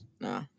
No